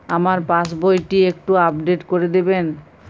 আমার পাসবই টি একটু আপডেট করে দেবেন?